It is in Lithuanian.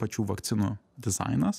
pačių vakcinų dizainas